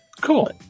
Cool